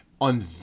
On